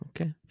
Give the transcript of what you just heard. okay